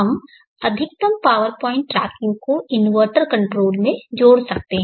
हम अधिकतम power point tracking को इन्वर्टर कंट्रोल में जोड़ सकते हैं